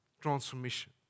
transformation